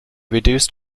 reduced